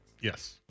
Yes